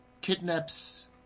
kidnaps